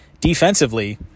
Defensively